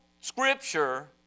scripture